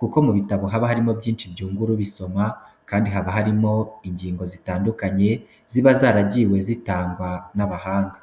kuko mu bitabo haba harimo byinshi byungura ubisoma kandi haba harimo ingingo zitandukanye ziba zaragiwe zitangwa n'abahanga.